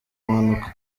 mpanuka